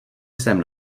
jsem